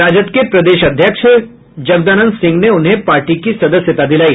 राजद के प्रदेश अध्यक्ष जगदानंद सिंह ने उन्हें पार्टी की सदस्यता दिलाई